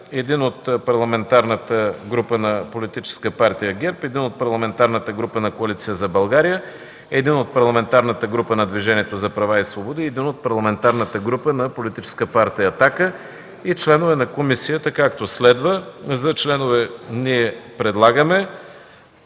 един от Парламентарната група на Политическа партия ГЕРБ, един от Парламентарната група на Коалиция за България, един от Парламентарната група на Движението за права и свободи и един от Парламентарната група на политическа Партия „Атака”, и членове на комисията, както следва ...” За членове ние предлагаме